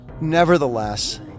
Nevertheless